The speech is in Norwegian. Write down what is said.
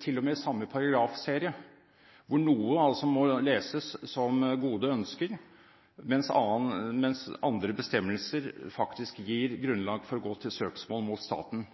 til og med i samme paragrafserie, rettighetsbestemmelser hvor noen må leses som gode ønsker, mens andre faktisk gir grunnlag for å gå til søksmål mot staten.